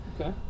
Okay